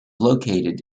located